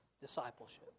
discipleship